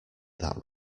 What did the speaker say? that